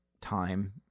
time